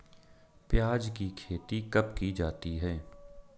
प्याज़ की खेती कब की जाती है?